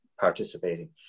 participating